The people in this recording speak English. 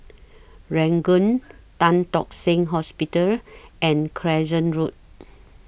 Ranggung Tan Tock Seng Hospital and Crescent Road